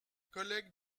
collègues